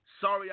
Sorry